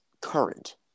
current